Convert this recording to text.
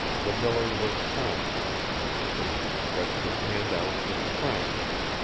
the miller was silent then he stretched his hand out with a franc in it.